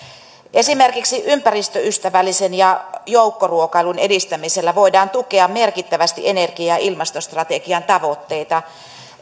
esimerkiksi ympäristöystävällisen ja joukkoruokailun edistämisellä voidaan tukea merkittävästi energia ja ilmastostrategian tavoitteita